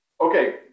okay